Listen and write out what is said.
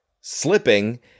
slipping